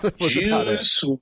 Jews